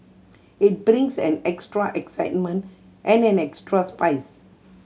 it brings an extra excitement and an extra spice